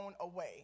away